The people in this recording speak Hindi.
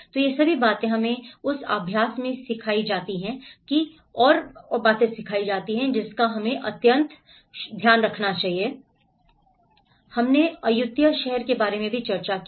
तो ये सभी बातें हमें उस अभ्यास में सीखी जाती हैं और एक और बात है जिसकी हमने अयुत्या शहर के बारे में चर्चा की है